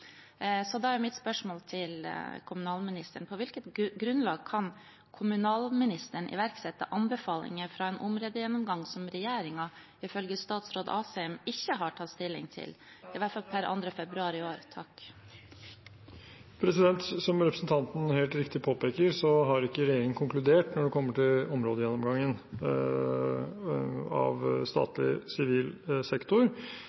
Så da er mitt spørsmål til kommunalministeren: På hvilket grunnlag kan kommunalministeren iverksette anbefalinger fra en områdegjennomgang som regjeringen ifølge statsråd Asheim ikke har tatt stilling til, i hvert fall per 2. februar i år? Som representanten helt riktig påpeker, har ikke regjeringen konkludert når det kommer til områdegjennomgangen av statlig sivil sektor.